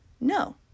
No